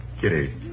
Kitty